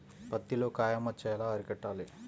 పత్తిలో కాయ మచ్చ ఎలా అరికట్టాలి?